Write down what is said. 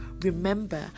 Remember